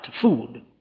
food